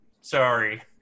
sorry